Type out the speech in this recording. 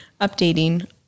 updating